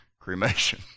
Cremation